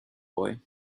boy